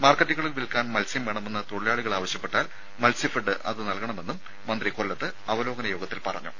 മാർക്കറ്റുകളിൽ വിൽക്കാൻ മത്സ്യം വേണമെന്ന് തൊഴിലാളികൾ ആവശ്യപ്പെട്ടാൽ മത്സ്യഫെഡ് അത് നൽകണമെന്നും മന്ത്രി കൊല്ലത്ത് അവലോകന യോഗത്തിൽ പറഞ്ഞു